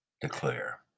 declare